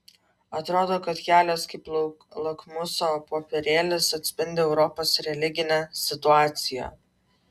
atrodo kad kelias kaip lakmuso popierėlis atspindi europos religinę situaciją